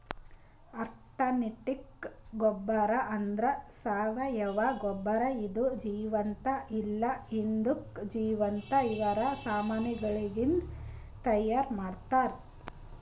organic ಗೊಬ್ಬರ ಅಂದ್ರ ಸಾವಯವ ಗೊಬ್ಬರ ಇದು ಜೀವಂತ ಇಲ್ಲ ಹಿಂದುಕ್ ಜೀವಂತ ಇರವ ಸಾಮಾನಗಳಿಂದ್ ತೈಯಾರ್ ಮಾಡ್ತರ್